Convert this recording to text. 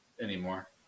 Anymore